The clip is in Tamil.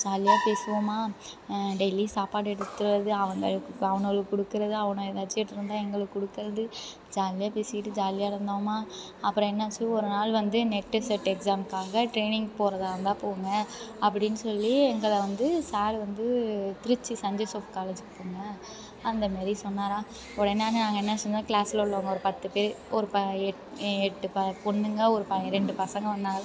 ஜாலியாக பேசுவோமா டெய்லி சாப்பாடு எடுத்துட்டு வர்றது அவங்களுக்கு அவனுவோலுக்கு கொடுக்கறது அவனுவோ எதாச்சும் எடுத்துட்டு வந்தால் எங்களுக்கு கொடுக்கறது ஜாலியாக பேசிக்கிட்டு ஜாலியாக இருந்தோமா அப்புறம் என்னாச்சு ஒரு நாள் வந்து நெட்டு ஸ்லெட் எக்ஸாமுக்காக ட்ரெய்னிங் போகிறதா இருந்தால் போங்க அப்படின்னு சொல்லி எங்களை வந்து சார் வந்து திருச்சி செண்ட் ஜோசஃப் காலேஜ் போங்க அந்த மாரி சொன்னாரா உடனேங்க நாங்கள் என்ன செஞ்சோம் கிளாஸ்ல உள்ளவங்க ஒரு பத்து பேர் ஒரு ப எட் எட்டு ப பொண்ணுங்க ஒரு பையன் ரெண்டு பசங்க வந்தாங்க